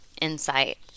insight